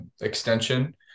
extension